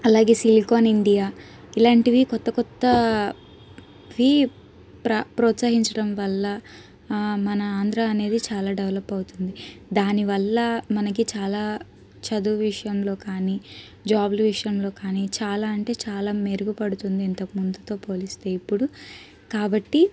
అలాగే silicon India ఇలాంటివి కొత్త కొత్త వి ప్ర ప్రోత్సహించటం వల్ల మన ఆంధ్ర అనేది చాలా డవలప్ అవుతుంది దానివల్ల మనకి చాలా చదువు విషయంలో కానీ జాబులు విషయంలో కానీ చాలా అంటే చాలా మెరుగుపడుతుంది ఇంతకు ముందుతో పోలిస్తే ఇప్పుడు కాబట్టి